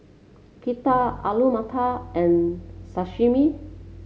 Pita Alu Matar and Sashimi